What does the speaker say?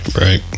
right